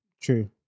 True